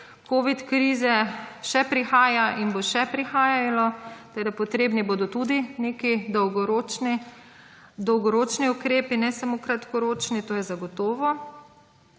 covid krize še prihaja in bodo še prihajale ter potrebni bodo tudi neki dolgoročni ukrepi, ne samo kratkoročni, to je zagotovo.